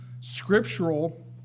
scriptural